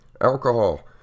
Alcohol